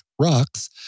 Rocks